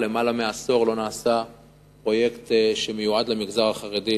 למעלה מעשור לא נעשה פרויקט שמיועד למגזר החרדי,